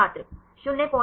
छात्र 03